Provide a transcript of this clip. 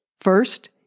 First